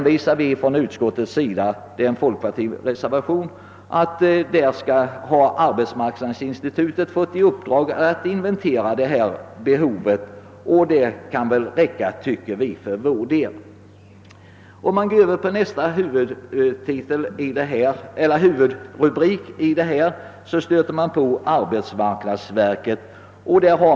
visar vi från utskottsmajoriteten till att arbetsmarknadsinstitutet fått i uppdrag att inventera detta behov. Vi tycker för vår del att detta kan räcka. Nästa huvudrubrik i utlåtandet gäller arbetsmarknadsverket.